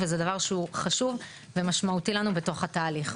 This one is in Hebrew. שזה דבר שהוא חשוב ומשמעותי לנו בתוך התהליך.